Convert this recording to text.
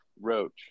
Roach